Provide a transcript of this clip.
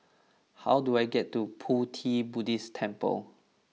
how do I get to Pu Ti Buddhist Temple